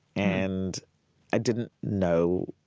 and i didn't know